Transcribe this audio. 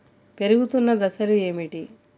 పెరుగుతున్న దశలు ఏమిటి?